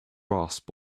grasp